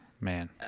Man